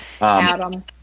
Adam